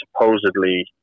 supposedly